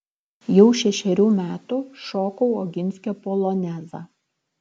jau šešerių metų šokau oginskio polonezą